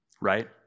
right